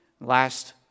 Last